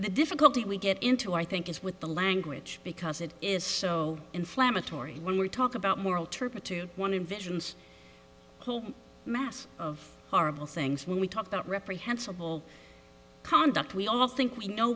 the difficulty we get into i think is with the language because it is so inflammatory when we talk about moral turpitude one invasions whole mass of horrible things when we talk about reprehensible conduct we all think we know